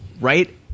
Right